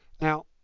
Now